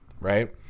right